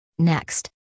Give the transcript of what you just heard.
Next